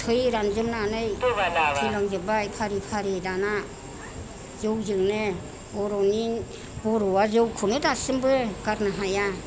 थै रानजोबनानै थैलांजोबबाय फारि फारि दाना जौजोंनो बर'नि बर'आ जौखौनो दासिमबो गारनो हाया